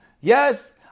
Yes